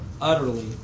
utterly